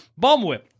Bombwhip